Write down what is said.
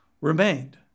remained